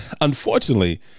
unfortunately